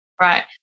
Right